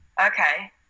Okay